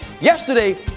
yesterday